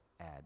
add